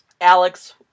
Alex